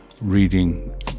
reading